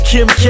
Kim